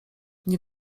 nie